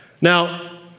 Now